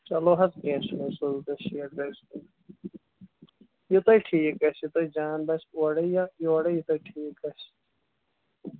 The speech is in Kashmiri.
چلو حظ کیٚنٛہہ چھُنہٕ اَسۍ سُوزو تۅہہِ شیٹھ بیگ یہِ تۄہہِ ٹھیٖک گژھِ یہِ تۄہہِ جان باسہِ اورے یا یورے یہِ تۅہہِ ٹھیٖک باسہِ